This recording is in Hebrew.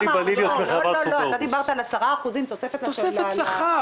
בלי אף דירה לציבור החרדי.